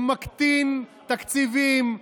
הוא מקטין תקציבים,